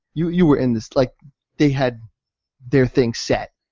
you you were in this, like they had their thing set.